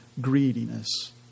greediness